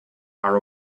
are